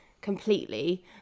completely